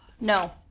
No